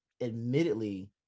admittedly